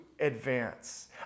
advance